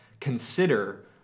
consider